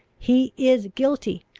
he is guilty!